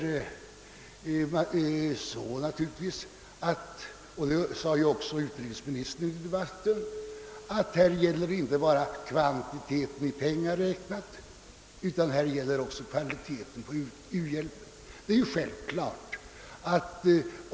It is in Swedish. Som utrikesministern sade i debatten är det inte bara fråga om kvantiteten i pengar räknat utan också om kvaliteten på u-hjälpen.